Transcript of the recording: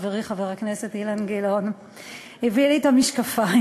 חברי חבר הכנסת אילן גילאון הביא לי את המשקפיים.